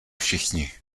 všichni